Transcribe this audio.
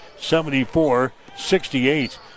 74-68